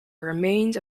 remained